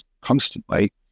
constantly